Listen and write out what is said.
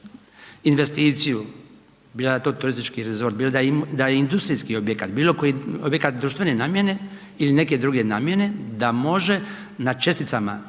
investiciju, bilo to turistički resort, bilo da je industrijski objekat, bilo koji objekat društvene namjene ili neke druge namjene da može na česticama